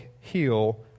heal